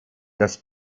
das